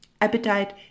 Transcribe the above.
appetite